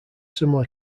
similar